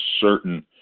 certain